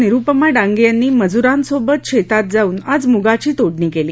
निरुपमा डांगे यांनी मजुरांसोबत शेतात जाऊन आज मुगाची तोडणी केली